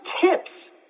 tips